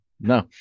No